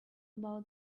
about